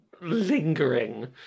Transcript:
lingering